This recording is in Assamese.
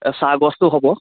চাহগছো হ'ব